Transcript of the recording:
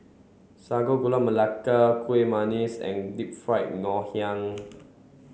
sago gula melaka kuih and deep fried Ngoh Hiang